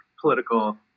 political